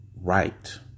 Right